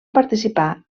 participar